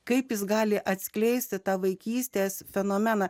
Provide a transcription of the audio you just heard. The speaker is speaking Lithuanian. kaip jis gali atskleisti tą vaikystės fenomeną